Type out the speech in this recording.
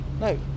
No